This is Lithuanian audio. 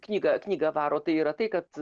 knyga knyga varo tai yra tai kad